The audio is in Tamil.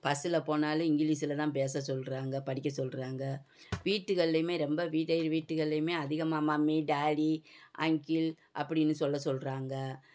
பஸ்ஸில் போனாலும் இங்கிலீஷில தான் பேசச் சொல்கிறாங்க படிக்கச் சொல்கிறாங்க வீடுகள்லியுமே ரொம்ப வீடுகள்லியுமே அதிகமாக மம்மி டாடி அங்கிள் அப்படின்னு சொல்லச் சொல்கிறாங்க